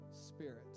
Spirit